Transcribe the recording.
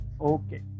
okay